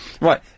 Right